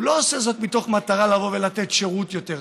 הוא לא עושה זאת מתוך מטרה לבוא ולתת שירות יותר טוב.